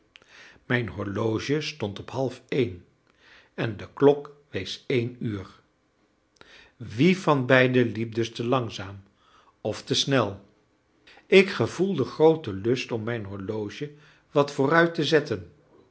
mijn horloge stond op halfeen en de klok wees één uur wie van beide liep dus te langzaam of te snel ik gevoelde grooten lust om mijn horloge wat vooruit te zetten